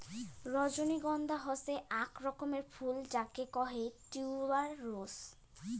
রজনীগন্ধা হসে আক রকমের ফুল যাকে কহে টিউবার রোস